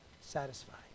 satisfied